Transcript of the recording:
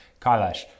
Kailash